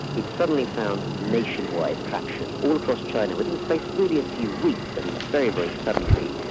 it suddenly found nationwide traction. all across china within the space of really a few weeks, i mean very, very suddenly,